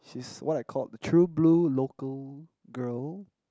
she is what I called the true blue local girl